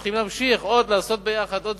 צריכים להמשיך לעשות ביחד עוד דברים,